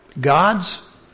God's